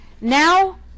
Now